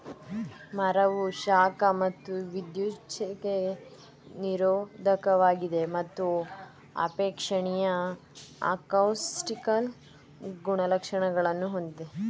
ಮರವು ಶಾಖ ಮತ್ತು ವಿದ್ಯುಚ್ಛಕ್ತಿಗೆ ನಿರೋಧಕವಾಗಿದೆ ಮತ್ತು ಅಪೇಕ್ಷಣೀಯ ಅಕೌಸ್ಟಿಕಲ್ ಗುಣಲಕ್ಷಣಗಳನ್ನು ಹೊಂದಿದೆ